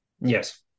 Yes